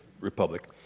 Republic